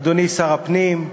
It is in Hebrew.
אדוני שר הפנים,